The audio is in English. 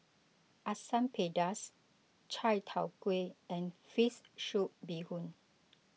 Asam Pedas Chai Tow Kuay and Fish Soup Bee Hoon